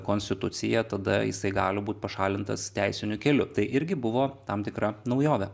konstituciją tada jisai gali būt pašalintas teisiniu keliu tai irgi buvo tam tikra naujovė